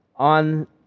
On